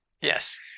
Yes